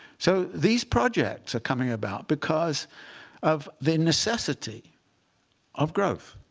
so these projects are coming about because of the necessity of growth.